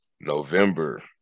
November